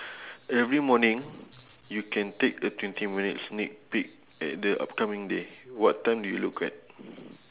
every morning you can take a twenty minute sneak peek at the upcoming day what time do you look at